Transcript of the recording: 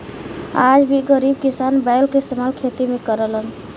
आज भी गरीब किसान बैल के इस्तेमाल खेती में करलन